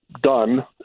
done